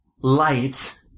light